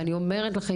ואני אומרת לכם,